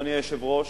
אדוני היושב-ראש,